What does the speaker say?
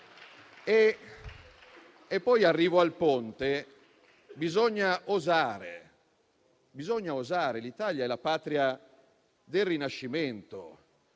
Arrivo al Ponte. Bisogna osare. L'Italia è la patria del Rinascimento.